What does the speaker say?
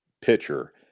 pitcher